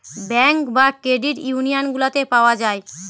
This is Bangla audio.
ব্যাঙ্ক বা ক্রেডিট ইউনিয়ান গুলাতে পাওয়া যায়